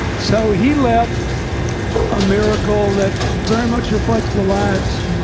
so he left a miracle that very much reflects the lives